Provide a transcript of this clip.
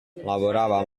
lavorava